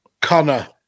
Connor